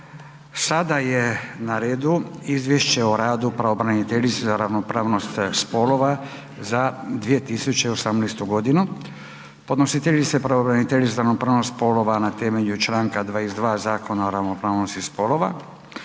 godinu podnositeljica: pravobraniteljica za ravnopravnost spolova Podnositeljica je pravobraniteljica za ravnopravnost spolova na temelju članka 22. Zakona o ravnopravnosti spolova.